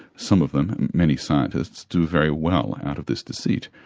some of them, many scientists, do very well out of this deceit.